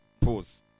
Pause